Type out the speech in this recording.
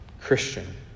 Christian